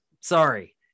Sorry